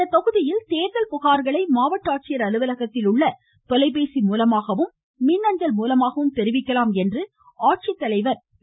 இத்தொகுதியில் தேர்தல் புகார்களை மாவட்ட ஆட்சியர் அலுவலகத்தில் உள்ள தொலைபேசியிலும் மின்னஞ்சல் மூலமாகவும் தெரிவிக்கலாம் என்று ஆட்சித்தலைவர் வே